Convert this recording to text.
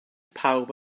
pawb